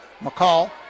McCall